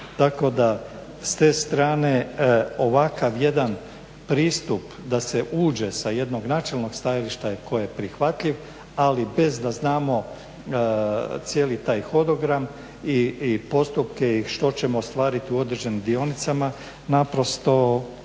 s te strane ovakav jedan pristup da se uđe sa jednog načelnog stajališta koji je prihvatljiv ali bez da znamo cijeli taj hodogram i postupke i što ćemo ostvariti u određenim dionicama mislim